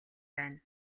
байна